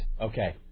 Okay